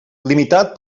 limitat